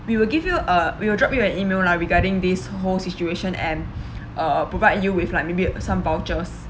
we will give you uh we will drop you an E-mail lah regarding this whole situation and uh provide you with like maybe some vouchers